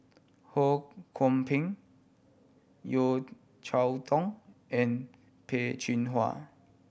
Ho Kwon Ping Yeo Cheow Tong and Peh Chin Hua